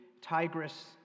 Tigris